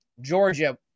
Georgia